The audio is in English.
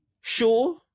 sure